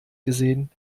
gesehen